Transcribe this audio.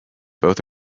both